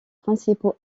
principaux